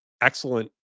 excellent